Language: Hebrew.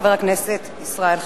בבקשה, חבר הכנסת ישראל חסון.